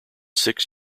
six